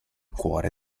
cuore